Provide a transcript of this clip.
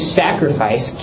sacrifice